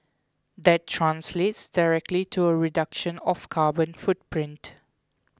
that translates directly to a reduction of carbon footprint